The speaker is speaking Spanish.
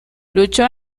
luchó